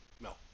No